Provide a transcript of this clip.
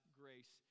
grace